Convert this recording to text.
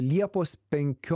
liepos penkio